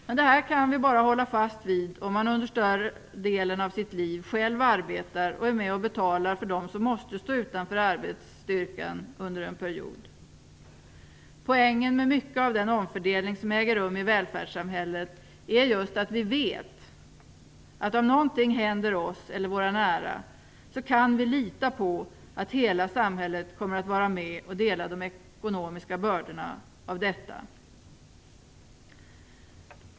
Men detta kan vi bara hålla fast vid om man under större delen av sitt liv själv arbetar och är med och betalar för dem som måste stå utanför arbetsstyrkan under en period. Poängen med mycket av den omfördelning som äger rum i välfärdssamhället är just att vi vet att om någonting händer oss eller våra nära, kan vi lita på att hela samhället kommer att vara med och dela de ekonomiska bördorna av detta.